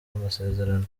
amasezerano